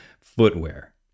footwear